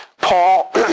Paul